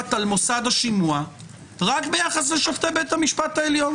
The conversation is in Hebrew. מקוטעת על מוסד השימוע רק ביחס לשופטי בית המשפט העליון.